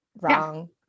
wrong